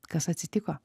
kas atsitiko